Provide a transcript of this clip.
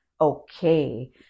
okay